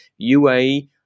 UAE